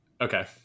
okay